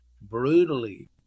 brutally